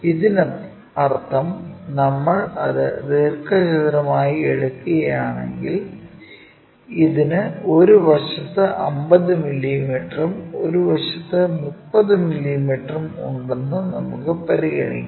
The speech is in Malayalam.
ഇതിനർത്ഥം നമ്മൾ ഇത് ദീർഘചതുരമായി എടുക്കുകയാണെങ്കിൽ ഇതിന് ഒരു വശത്ത് 50 മില്ലീമീറ്ററും ഒരു വശത്ത് 30 മില്ലീമീറ്ററും ഉണ്ടെന്ന് നമുക്ക് പരിഗണിക്കാം